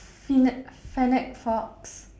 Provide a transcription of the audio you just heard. fennec fennec fox